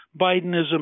Bidenism